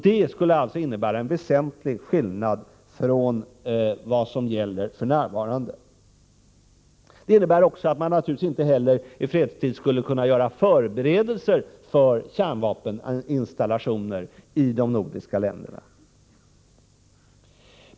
Det skulle alltså innebära en väsentlig skillnad jämfört med vad som gäller f. n. Det innebär naturligtvis också att man i fredstid inte heller skall kunna vidta förberedelser för kärnvapeninstallationer i de nordiska länderna.